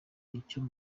icyo